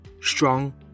Strong